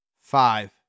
Five